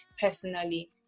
personally